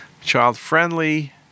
child-friendly